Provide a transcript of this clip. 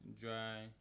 dry